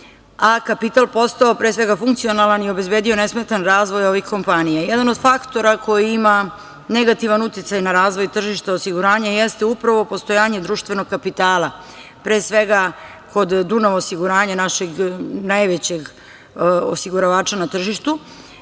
kapital postao, pre svega funkcionalan i obezbedio nesmetan razvoj ovih kompanija. Jedan od faktora koji ima negativan uticaj na razvoj tržišta osiguranja jeste upravo postojanje društvenog kapitala, pre svega kod „Dunav osiguranja“, našeg najvećeg osiguravača na tržištu